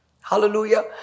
Hallelujah